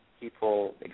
people